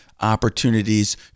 opportunities